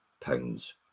pounds